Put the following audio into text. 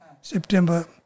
September